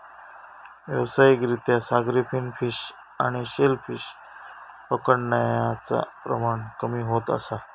व्यावसायिक रित्या सागरी फिन फिश आणि शेल फिश पकडण्याचा प्रमाण कमी होत असा